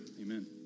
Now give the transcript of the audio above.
Amen